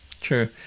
True